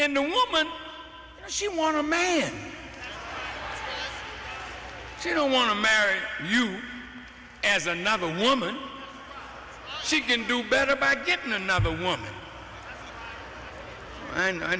and the woman she want to marry you don't want to marry you as another woman she can do better by getting another woman and i